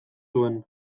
zuen